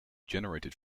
generated